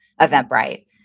Eventbrite